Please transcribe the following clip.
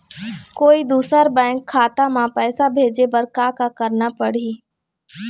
कोई दूसर बैंक खाता म पैसा भेजे बर का का करना पड़ही?